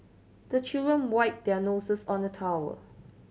the children wipe their noses on the towel